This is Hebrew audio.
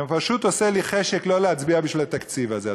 זה פשוט עושה לי חשק לא להצביע בשביל התקציב הזה,